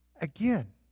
Again